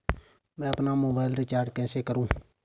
मैं अपना mobile recharge कैसे करूँ?